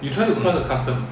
mm